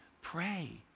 pray